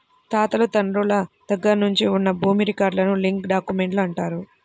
తాతలు తండ్రుల దగ్గర నుంచి ఉన్న భూమి రికార్డులను లింక్ డాక్యుమెంట్లు అంటారు